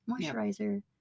moisturizer